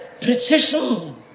precision